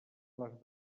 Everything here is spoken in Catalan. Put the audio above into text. les